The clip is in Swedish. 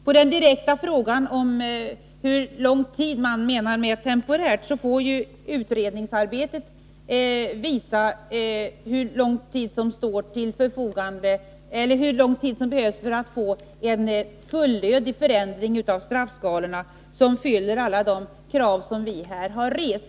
På den direkta frågan om hur lång tid vi menar med temporärt vill jag svara att utredningsarbetet får visa hur lång tid som behövs för att få en fullödig förändring av straffskalorna som uppfyller alla de krav som vi här har rest.